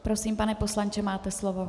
Prosím, pane poslanče, máte slovo.